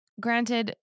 granted